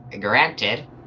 granted